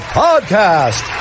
podcast